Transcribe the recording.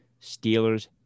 Steelers